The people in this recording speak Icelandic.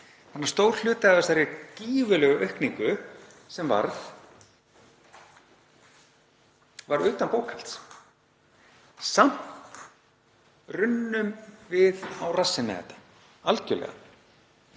Stór hluti af þessari gífurlegu aukningu sem varð var utan bókhalds. Samt runnum við á rassinn með þetta, algerlega.